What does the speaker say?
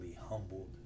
humbled